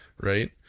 right